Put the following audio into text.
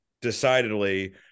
decidedly